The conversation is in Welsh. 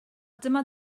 dyma